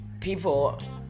people